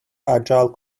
agile